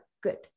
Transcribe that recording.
good